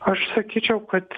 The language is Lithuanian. aš sakyčiau kad